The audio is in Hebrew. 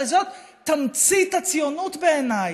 הרי זאת תמצית הציונות בעיניי.